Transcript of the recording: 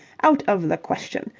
out of the question.